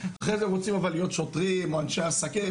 אחרי זה רוצים אבל להיות שוטרים או אנשי עסקים,